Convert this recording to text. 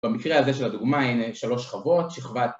‫במקרה הזה של הדוגמה, ‫הנה, שלוש שכבות, שכבת...